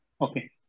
Okay